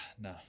No